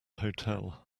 hotel